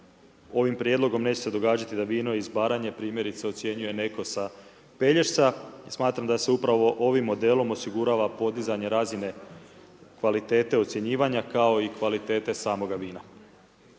ovim prijedlogom neće se događati da vino iz Baranje primjerice ocjenjuje neko sa Pelješca, smatram da se upravo ovime modelima osigurava podizanje razine kvalitete ocjenjivanja kao i kvalitete samoga vina.